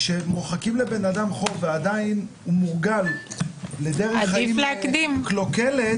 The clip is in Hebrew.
כשמוחקים לאדם חוב ועדיין הדרך קלוקלת,